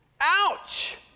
Ouch